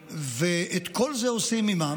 ואת כל זה עושים ממה?